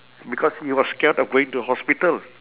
because he was scared of going to hospital